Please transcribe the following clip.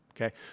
Okay